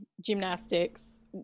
gymnastics